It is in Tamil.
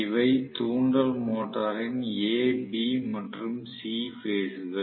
இவை தூண்டல் மோட்டரின் a b மற்றும் c பேஸ் கள்